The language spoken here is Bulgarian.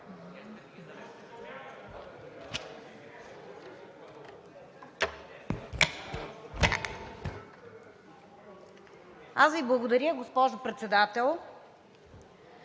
Аз Ви благодаря, госпожо Председател.